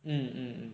mm